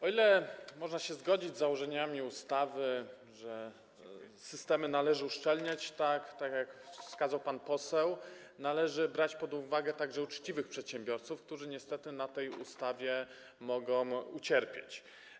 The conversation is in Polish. O ile można się zgodzić z założeniami ustawy, że systemy należy uszczelniać, tak jak wskazał pan poseł, o tyle należy brać po uwagę także uczciwych przedsiębiorców, którzy niestety na tej ustawie mogą ucierpieć.